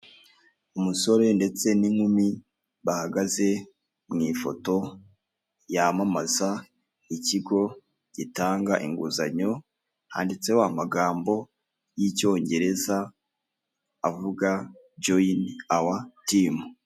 Umusore ndetse n'inkumi bahagaze mu ifoto yamamaza ikigo gitanga inguzanyo, handitseho amagambo y'icyongereza avuga joyini awa timu.